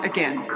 Again